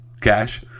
cash